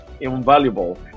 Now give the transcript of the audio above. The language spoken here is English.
invaluable